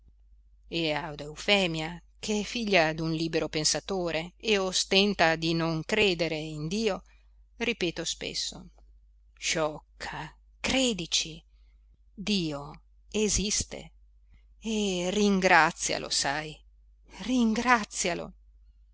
e ad eufemia che è figlia d'un libero pensatore e ostenta di non credere in dio ripeto spesso sciocca credici dio esiste e ringrazialo sai ringrazialo